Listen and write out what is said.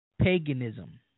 paganism